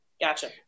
Gotcha